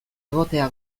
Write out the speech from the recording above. egotea